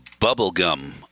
bubblegum